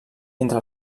entre